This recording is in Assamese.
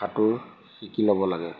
সাঁতোৰ শিকি ল'ব লাগে